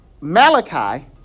Malachi